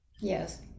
Yes